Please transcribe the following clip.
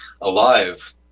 alive